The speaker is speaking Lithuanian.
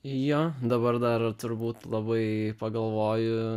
jo dabar dar turbūt labai pagalvoju